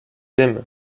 aime